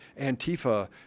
Antifa